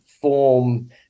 form